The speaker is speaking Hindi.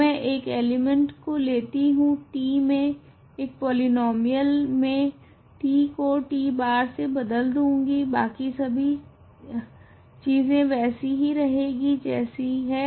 तो मैं एक एलिमेंट को लेती हूँ t मे एक पॉलीनोमीयल मैं t को t bar से बदल दूँगी बाकी सभी छीजे वैसी ही रहेगी जैसी है